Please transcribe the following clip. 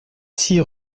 six